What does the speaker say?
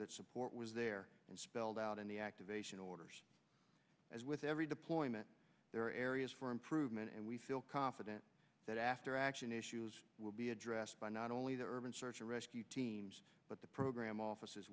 that support was there and spelled out in the activation orders as with every deployment there are areas for improvement and we feel confident that after action issues will be addressed by not only the urban search and rescue teams but the program office